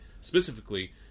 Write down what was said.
specifically